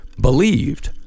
believed